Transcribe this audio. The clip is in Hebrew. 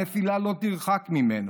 הנפילה לא תרחק ממנו,